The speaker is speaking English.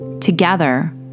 together